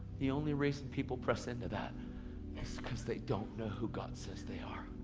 the only reason people press into that is because they don't know who god says they are.